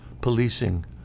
policing